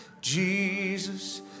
Jesus